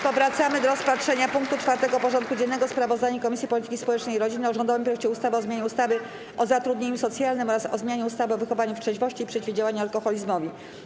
Powracamy do rozpatrzenia punktu 4. porządku dziennego: Sprawozdanie Komisji Polityki Społecznej i Rodziny o rządowym projekcie ustawy o zmianie ustawy o zatrudnieniu socjalnym oraz o zmianie ustawy o wychowaniu w trzeźwości i przeciwdziałaniu alkoholizmowi.